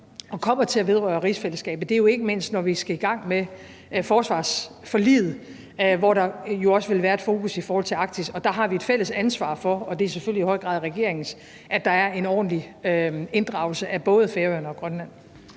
og kommer til at vedrøre rigsfællesskabet. Det er ikke mindst, når vi skal i gang med forsvarsforliget, hvor der jo også vil være et fokus i forhold til Arktis. Der har vi et fælles ansvar for – og det er selvfølgelig i høj grad regeringens – at der er en ordentlig inddragelse af både Færøerne og Grønland.